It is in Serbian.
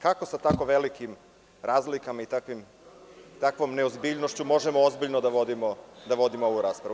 Kako sa tako velikim razlikama i takvom neozbiljnošću možemo ozbiljno da vodimo ovu raspravu?